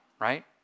right